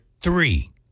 three